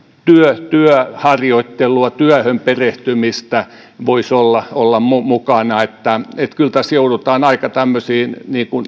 työharjoittelua työhön perehtymistä voisi olla olla mukana kyllä tässä joudutaan aika tämmöisiin